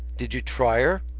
did you try her?